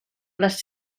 les